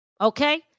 Okay